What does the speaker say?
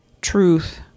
truth